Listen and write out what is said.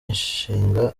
ashinga